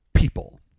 people